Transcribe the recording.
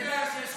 איך הבעיה מטופלת?